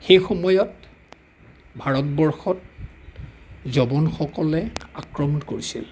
সেই সময়ত ভাৰতবৰ্ষত জবনসকলে আক্ৰমন কৰিছিল